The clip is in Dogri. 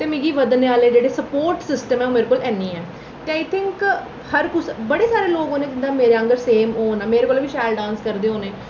ते मिगी बधने आह्ले जेह्ड़ा सपोर्ट सिस्टम ऐ ओह् मेरे कोल है निं ऐ ते आई थिंक हर कुस बड़े सारे लोग होने जिं'दा मेरे आंह्गर सेम होना मेरे कोला बी शैल डांस करदे होने